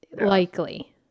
likely